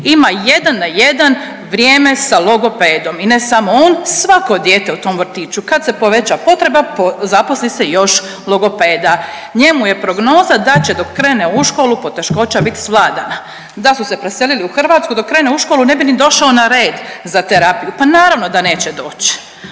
ima 1 na 1 vrijeme sa logopedom i ne samo on, svako dijete u tom vrtiću. Kad se poveća potreba zaposli se još logopeda. Njemu je prognoza da će dok krenuti u školu poteškoća biti svladana. Da su se preselili u Hrvatsku dok krene u školu ne bi ni došao na rad za terapiju, pa naravno da neće doći.